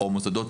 אנחנו חושבים